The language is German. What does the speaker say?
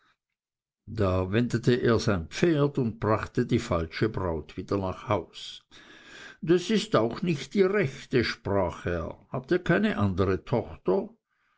da wendete er sein pferd und brachte die falsche braut wieder nach haus das ist auch nicht die rechte sprach er habt ihr keine andere tochter